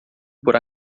por